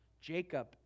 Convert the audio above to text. Jacob